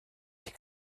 ich